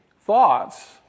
thoughts